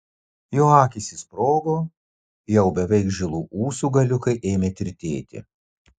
jo akys išsprogo jau beveik žilų ūsų galiukai ėmė tirtėti